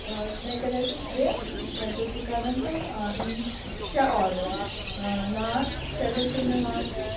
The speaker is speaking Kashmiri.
مےٚ کرے تِم ترٛےٚ وۅنۍ چھَس بہٕ کَران تِم شےٚ آرڈَر نان شےٚ گژھَن مےٚ واتنہِ